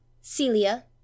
Celia